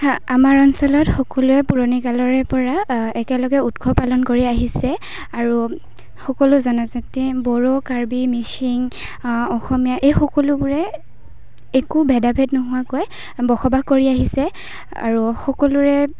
হা আমাৰ অঞ্চলত সকলোৱে পুৰণিকালৰে পৰা একেলগে উৎসৱ পালন কৰি আহিছে আৰু সকলো জনজাতি বড়ো কাৰ্বি মিচিং অসমীয়া এই সকলোবোৰে একো ভেদাভেদ নোহোৱাকৈ বসবাস কৰি আহিছে আৰু সকলোৰে